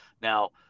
now